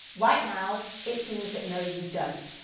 right now it seems that no, you don't.